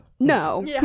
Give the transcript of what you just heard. no